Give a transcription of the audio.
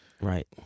Right